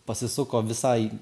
pasisuko visai